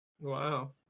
Wow